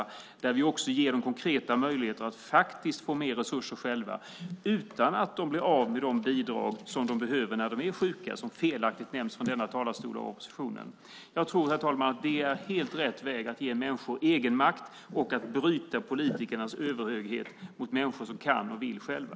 Vi ger dem också konkreta möjligheter att få mer resurser själva utan att de blir av med de bidrag som de behöver när de är sjuka, vilket felaktigt nämns av oppositionen. Jag tror, herr talman, att det är helt rätt väg att ge människor egenmakt och att bryta politikernas överhöghet över människor som kan och vill själva.